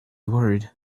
worried